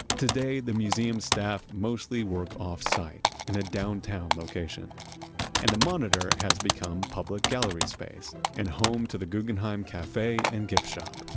today, the museum staff mostly work off-site in a downtown location and the monitor has become public gallery space and home to the guggenheim cafe and gift shop.